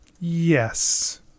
Yes